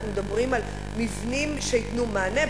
אנחנו מדברים על מבנים שייתנו מענה,